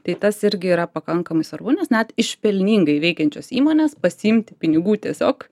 tai tas irgi yra pakankamai svarbu nes net iš pelningai veikiančios įmonės pasiimti pinigų tiesiog